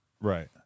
Right